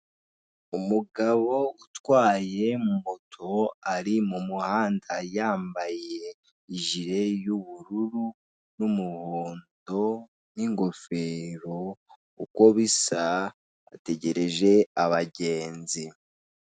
Umugabo utwaye moto ari mu muhanda yambaye ijire y'ubururu n'umuhondo n'ingofero, uko bisa ategereje abagenzi.